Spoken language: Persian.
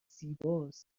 زیباست